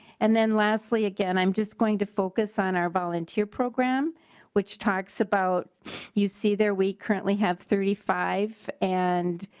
and then leslie again i'm just going to focus on our volunteer program which talks about you see there we currently have three hundred and